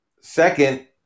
Second